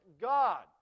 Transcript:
God